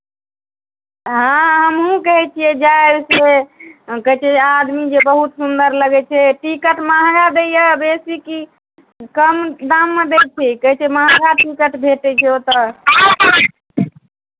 हँ हमहूँ कहै छियै जाइ छै कहै छै आदमी जे बहुत सुन्दर लगै छै टिकट महँगा दैए बेसी की कम दाममे दै छै कहै छै महङ्गा टिकट भेटै छै ओतय